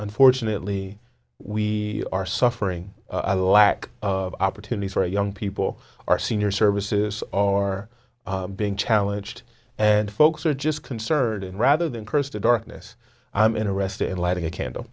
unfortunately we are suffering a lack of opportunities for young people our senior services are being challenged and folks are just concerned and rather than curse to darkness i'm interested in lighting a candle